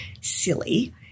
silly